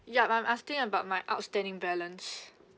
yup I'm asking about my outstanding balance